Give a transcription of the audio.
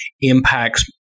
impacts